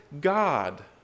God